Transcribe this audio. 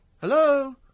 hello